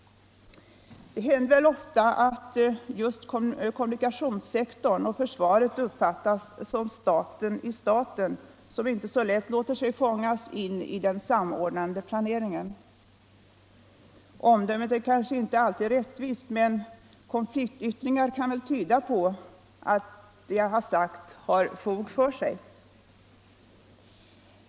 Det händer ofta att just kommunikationssektorn och försvaret uppfattas som en stat i staten som inte så lätt låter sig fångas in i den samordnande planeringen. Omdömet är kanske inte alltid rättvist, men konfliktyttringar kan väl tyda på att vad jag har sagt har fog för sig.